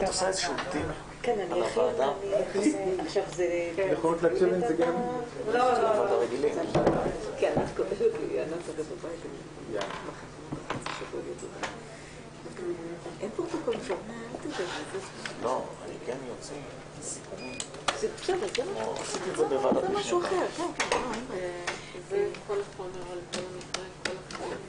בשעה 12:22.